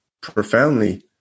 profoundly